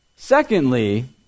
Secondly